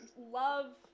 love